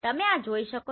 તમે આ જોઈ શકો છો